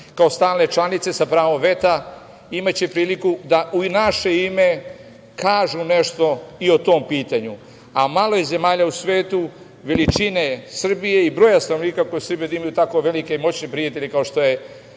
Kao stalne članice sa pravom veta imaće priliku da i u naše ime kažu nešto i o tom pitanju, a malo je zemalja u svetu veličine Srbije i broja stanovnika kao što je Srbija, imaju tako moćne prijatelje kao što je